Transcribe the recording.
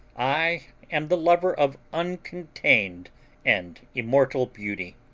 i am the lover of uncontained and immortal beauty.